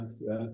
yes